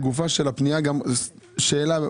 לגופה של הפנייה, שאלה.